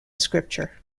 scripture